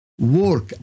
work